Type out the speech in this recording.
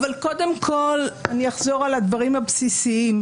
אבל קודם כל אני אחזור על הדברים הבסיסיים.